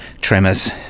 Tremors